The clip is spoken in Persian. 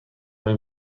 های